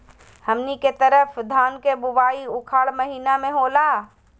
हमनी के तरफ धान के बुवाई उखाड़ महीना में होला